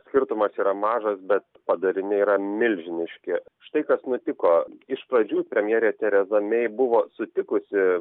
skirtumas yra mažas bet padariniai yra milžiniški štai kas nutiko iš pradžių premjerė teresa mei buvo sutikusi